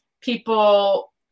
people